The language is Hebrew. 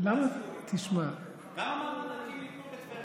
כמה מהמענקים ניתנו בטבריה?